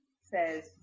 says